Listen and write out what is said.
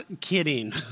kidding